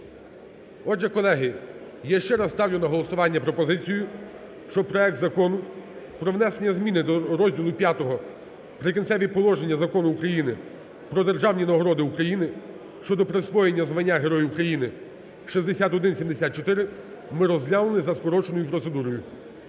Отже, колеги, я ще раз ставлю на голосування пропозицію, щоб проект Закону про внесення зміни до розділу V "Прикінцеві положення" Закону України "Про державні нагороди України" щодо присвоєння звання Герой України (6174) ми розглянули за скороченою процедурою.